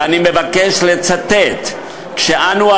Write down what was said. ואני מבקש לצטט: כשאנו,